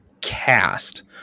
cast